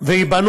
וייבנו